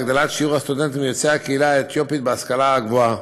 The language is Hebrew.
להגדלת שיעור הסטודנטים יוצאי הקהילה האתיופית בהשכלה הגבוהה,